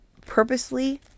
purposely